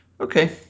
Okay